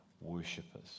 worshippers